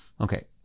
Okay